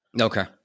Okay